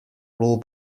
rule